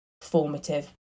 formative